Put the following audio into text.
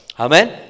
Amen